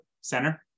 center